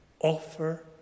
offer